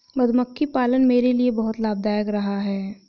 मधुमक्खी पालन मेरे लिए बहुत लाभदायक रहा है